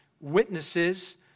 Witnesses